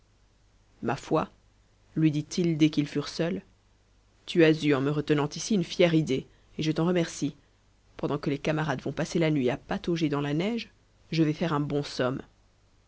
ma foi lui dit-il dès qu'ils furent seuls tu as eu en me retenant ici une fière idée et je t'en remercie pendant que les camarades vont passer la nuit à patauger dans la neige je vais faire un bon somme